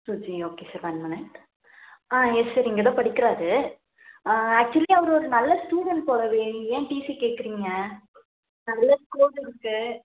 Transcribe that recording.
Suji okay sir one minute ah yes sir இங்கே தான் படிக்கிறார் ஆக்சுவலி அவர் ஒரு நல்ல ஸ்டூடெண்ட் போலவே ஏன் டிசி கேட்கறீங்க நல்ல ஸ்கோப் இருக்குது